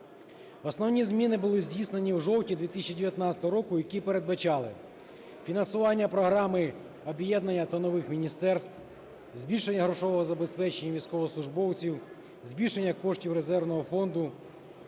Основні зміни були здійснені в жовтні 2019 року, які передбачали фінансування програми об'єднання та нових міністерств, збільшення грошового забезпечення військовослужбовців, збільшення коштів резервного фонду,